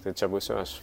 tai čia būsiu aš